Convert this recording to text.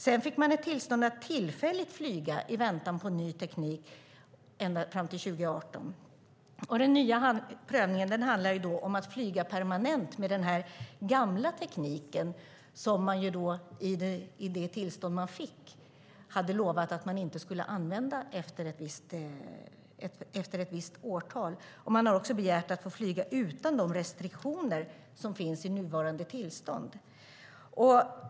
Därpå fick man tillstånd att tillfälligt flyga i väntan på ny teknik fram till 2018. Den nya prövningen handlar om att flyga permanent med den gamla tekniken, som man i det tillstånd man fick från början hade lovat att man inte skulle använda efter ett visst årtal. Man har också begärt att få flyga utan de restriktioner som finns i nuvarande tillstånd.